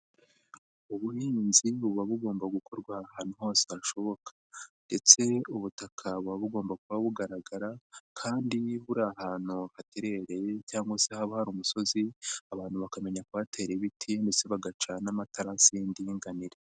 Ubuhinzi buba bugomba gukorwa ahantu hose hashoboka ndetse ubutaka buba bugomba kuba bugaragara kandi buri ahantu haterereye cyangwa se haba hari umusozi, abantu bakamenya kuhatera ibiti ndetse bagaca n'amatarasi y'indinganire.